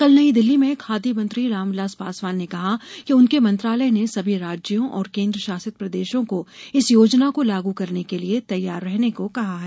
कल नई दिल्ली में खाद्य मंत्री रामविलास पासवान ने कहा कि उनके मंत्रालय ने सभी राज्यों और केन्द्रशासित प्रदेशों को इस योजना को लागू करने के लिए तैयार रहने को कहा है